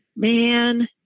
Man